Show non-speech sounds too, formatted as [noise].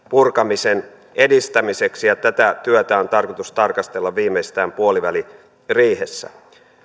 [unintelligible] purkamisen edistämiseksi ja tätä työtä on tarkoitus tarkastella viimeistään puoliväliriihessä